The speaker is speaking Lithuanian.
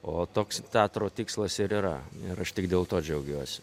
o toks teatro tikslas ir yra ir aš tik dėl to džiaugiuosi